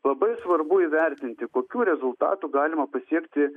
labai svarbu įvertinti kokių rezultatų galima pasiekti